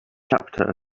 chapter